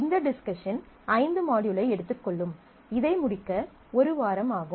இந்த டிஸ்கஷன் ஐந்து மாட்யூலை எடுத்துக் கொள்ளும் இதை முடிக்க ஒரு வாரம் ஆகும்